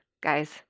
guys